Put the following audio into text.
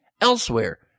elsewhere